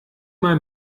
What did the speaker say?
mal